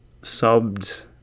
subbed